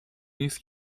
نیست